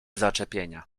zaczepienia